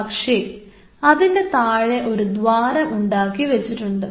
പക്ഷേ അതിൻറെ താഴെ ഒരു ദ്വാരം ഉണ്ടാക്കി വെച്ചിട്ടുണ്ട്